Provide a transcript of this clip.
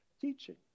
teaching